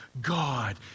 God